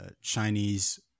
Chinese